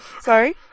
sorry